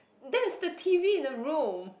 that is the t_v in the room